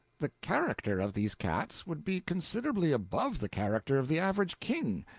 the character of these cats would be considerably above the character of the average king,